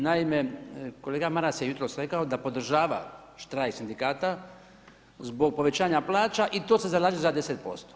Naime kolega Maras je jutros rekao da podržava štrajk sindikata zbog povećanja plaća i to se zalaže za 10%